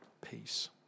peace